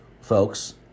folks